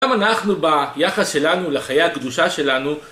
גם אנחנו ביחס שלנו לחיי הקדושה שלנו